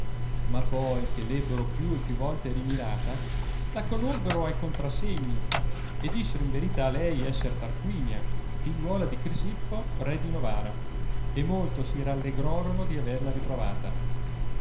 ma poi che ebbero più e più volte rimirata la conobbero ai contrasegni e dissero in verità lei essere tarquinia figliuola di crisippo re di novara e molto si rallegrorono di averla ritrovata